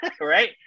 Right